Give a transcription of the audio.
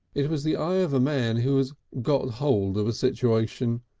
it was the eye of a man who has got hold of a situation.